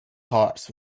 hearts